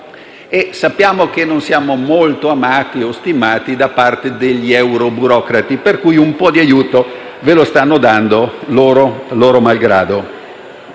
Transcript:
Sappiamo che non siamo molto amati o stimati da parte degli euroburocrati per cui un po' di aiuto ve lo stanno dando, loro malgrado.